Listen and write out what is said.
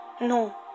no